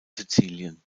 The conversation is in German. sizilien